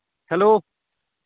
hello